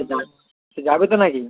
তো যাবে তো নাকি